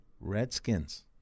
Redskins